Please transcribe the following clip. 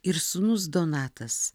ir sūnus donatas